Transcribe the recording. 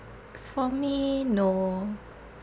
for me no